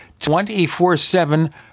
24-7